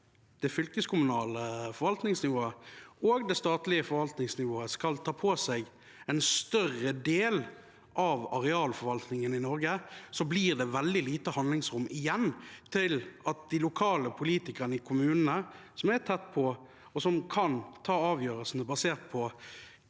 det fylkeskommunale forvaltningsnivået og det statlige forvaltningsnivået skal ta på seg en større del av arealforvaltningen i Norge, blir det veldig lite handlingsrom igjen til at de lokale politikerne i kommunene – som er tett på, og som kan ta avgjørelsene basert på